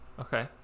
Okay